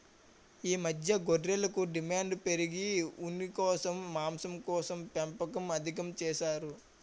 ఈ మధ్య గొర్రెలకు డిమాండు పెరిగి ఉన్నికోసం, మాంసంకోసం పెంపకం అధికం చేసారు